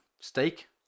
steak